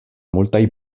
multaj